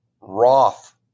Roth